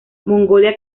mongolia